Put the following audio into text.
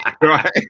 Right